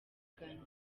ghana